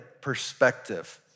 perspective